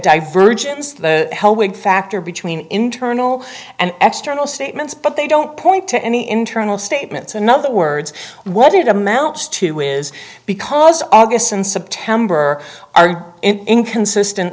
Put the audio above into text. divergence the hellwig factor between internal and external statements but they don't point to any internal statements in other words what it amounts to is because august and september are inconsistent